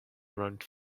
around